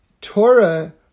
Torah